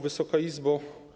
Wysoka Izbo!